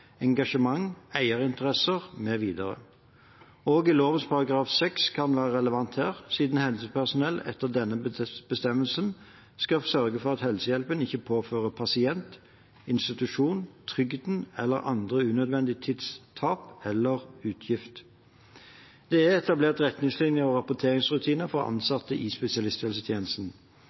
engasjement, eierinteresser mv. Også lovens § 6 kan være relevant her, siden helsepersonell etter denne bestemmelsen skal «sørge for at helsehjelpen ikke påfører pasient, helseinstitusjon, trygden, eller andre unødvendig tidstap eller utgift». Det er etablert retningslinjer og rapporteringsrutiner for ansatte i spesialisthelsetjenesten.